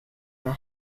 mehr